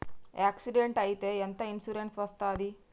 Accident అయితే ఎంత insurance వస్తది?